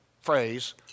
phrase